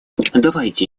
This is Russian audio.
давайте